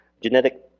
genetic